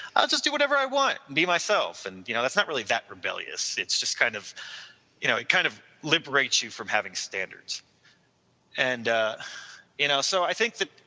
i'll just do whatever i want and be myself and you know that's not really that rebellious. it's just kind of you know it kind of liberates you from having standards and ah you know so i think that,